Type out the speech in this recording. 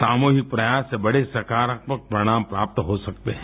सामुहिक प्रयास से बड़े सकारात्मक परिणाम प्राप्त हो सकते हैं